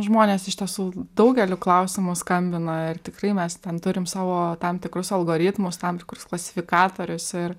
žmonės iš tiesų daugeliu klausimų skambina ir tikrai mes ten turim savo tam tikrus algoritmus tam tikrus klasifikatorius ir